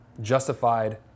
justified